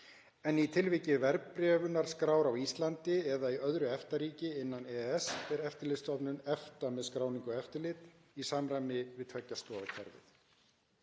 en í tilviki verðbréfunarskrár á Íslandi eða í öðru EFTA-ríki innan EES fer Eftirlitsstofnun EFTA með skráningu og eftirlit, í samræmi við tveggja stoða kerfið.